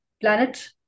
Planet